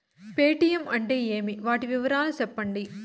Paytm అంటే ఏమి, వాటి వివరాలు సెప్పండి?